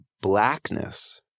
blackness